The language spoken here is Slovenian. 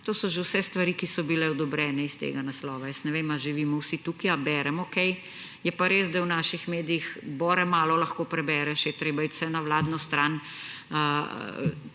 to so že vse stvari, ki so bile odobrene s tega naslova. Jaz ne vem, ali živimo vsi tukaj, ali beremo kaj; je pa res, da v naših medijih bore malo lahko prebereš, je treba iti vse na vladno stran.